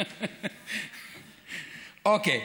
אתה יודע,